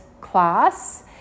class